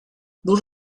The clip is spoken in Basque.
lur